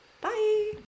bye